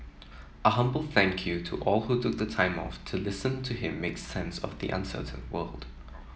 a humble thank you to all who took time off to listen to him make sense of the uncertain world